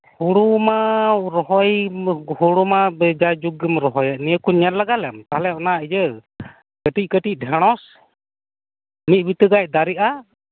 ᱦᱩᱲᱩᱢᱟ ᱨᱚᱦᱚᱭ ᱦᱩᱲᱩᱢᱟ ᱡᱟᱭᱡᱩᱜ ᱜᱮᱢ ᱨᱚᱦᱚᱭᱮᱫ ᱱᱤᱭᱟᱹᱠᱩ ᱨᱚᱦᱚᱭ ᱧᱮᱞ ᱞᱟᱜᱟᱞᱮᱢ ᱛᱟᱦᱚᱞᱮ ᱚᱱᱟ ᱤᱭᱟᱹ ᱠᱟᱹᱴᱤᱡ ᱠᱟᱹᱴᱤᱡ ᱰᱷᱮᱸᱲᱚᱥ ᱢᱤᱫ ᱵᱤᱛᱟᱹᱜᱟᱡ ᱫᱟᱨᱤᱜᱼᱟ